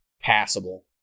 passable